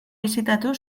bisitatu